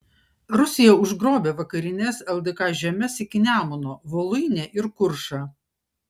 rusija užgrobė vakarines ldk žemes iki nemuno voluinę ir kuršą